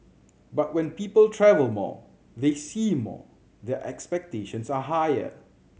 but when people travel more they see more their expectations are higher